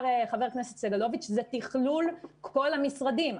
חבר הכנסת סגלוביץ' זה תכלול כל המשרדים.